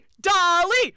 Dolly